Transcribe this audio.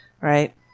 right